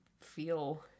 feel